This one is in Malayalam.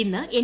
ഇന്ന് എൻ